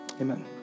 amen